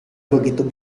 begitu